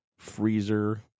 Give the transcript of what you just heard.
freezer